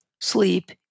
sleep